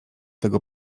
tego